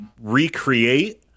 recreate